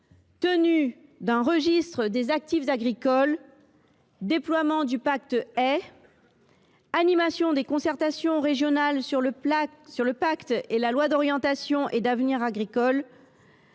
tenue d’un registre des actifs agricoles, déploiement du pacte en faveur de la haie, animation des concertations régionales sur le pacte et la loi d’orientation et d’avenir agricoles.